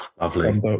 Lovely